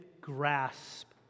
grasp